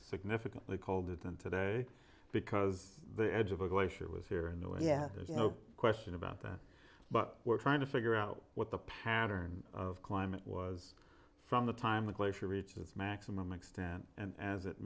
significant they called it in today because the edge of a glacier was here in the yeah there's no question about that but we're trying to figure out what the pattern of climate was from the time the glacier reaches its maximum extent and as it